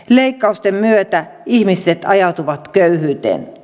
leikkausten myötä ihmiset ajautuvat köyhyyteen